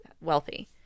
wealthy